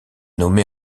nommée